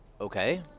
Okay